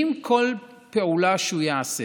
אם כל פעולה שהוא יעשה